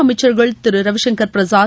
அமைச்சர்கள் திருரவிசங்கர் பிரசாத்